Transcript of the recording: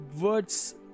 words